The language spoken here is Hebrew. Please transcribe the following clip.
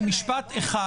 במשפט אחד